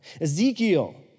Ezekiel